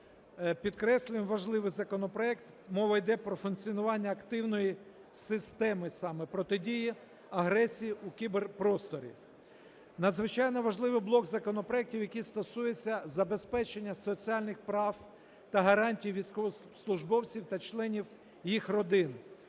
Підкреслимо, важливий законопроект, мова йде про функціонування активної системи саме протидії агресії у кіберпросторі. Надзвичайно важливий блок законопроектів, який стосується забезпечення соціальних прав та гарантій військовослужбовців та членів їх родин,